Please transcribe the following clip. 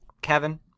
kevin